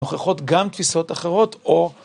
נוכחות גם תפיסות אחרות או